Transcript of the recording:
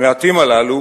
המעטים הללו